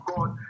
God